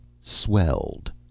swelled